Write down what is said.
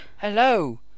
Hello